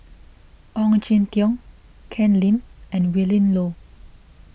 Ong Jin Teong Ken Lim and Willin Low